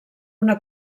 una